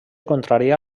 contrària